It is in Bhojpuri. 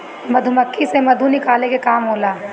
मधुमक्खी से मधु निकाले के काम होला